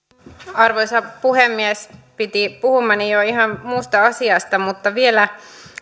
arvoisa puhemies piti puhumani jo ihan muusta asiasta mutta vielä